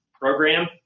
program